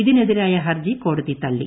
ഇതിനെതിരായ ഹർജി കോടതി തള്ളി